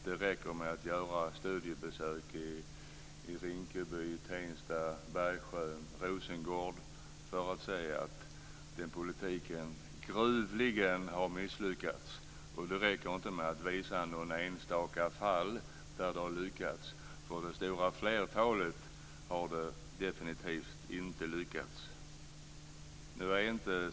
Det räcker med att göra studiebesök i Rinkeby, Tensta, Bergsjön och Rosengård för att se att den politiken gruvligen har misslyckats. Det räcker inte att visa något enstaka fall där det har lyckats. För det stora flertalet har det definitivt inte lyckats.